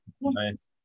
nice